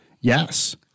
Yes